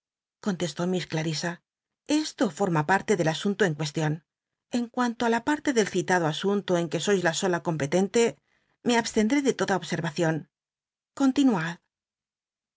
contestó miss clarisa esto forma parte del asunto en cuestion en cuanto á la parte del citado asun to en que sois la sola com petente me abstcndré de toda observacion continuad